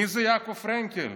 מי זה יעקב פרנקל?